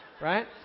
right